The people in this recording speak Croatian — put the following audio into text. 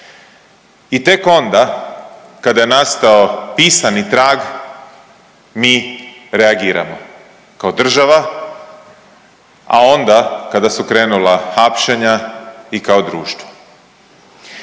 i tek onda kada je nastao pisani trag mi reagiramo kao država, a onda kada su krenula hapšenja i kao društvo.